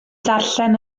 darllen